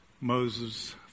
Moses